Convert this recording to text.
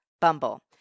Bumble